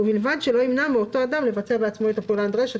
ובלבד שלא ימנע מאותו אדם לבצע בעצמו את הפעולה הנדרשת.